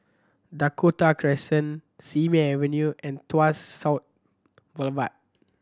Dakota Crescent Simei Avenue and Tuas South Boulevard